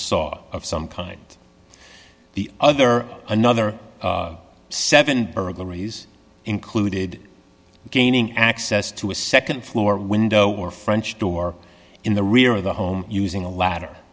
saw of some kind the other another seven burglaries included gaining access to a nd floor window or french door in the rear of the home using a ladder